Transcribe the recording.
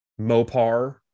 Mopar